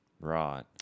Right